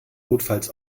notfalls